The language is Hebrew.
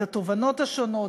את התובנות השונות,